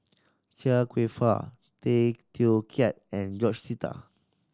Chia Kwek Fah Tay Teow Kiat and George Sita